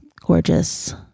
gorgeous